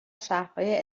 شهرهای